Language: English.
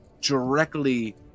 directly